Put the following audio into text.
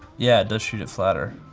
yeah, it does shoot it flatter.